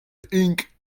ink